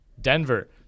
denver